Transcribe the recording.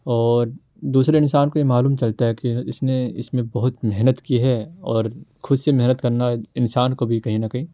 اور دوسرے انسان کو یہ معلوم چلتا ہے کہ اس نے اس میں بہت محنت کی ہے اور خود سے محنت کرنا انسان کو بھی کہیں نہ کہیں